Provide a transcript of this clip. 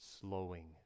slowing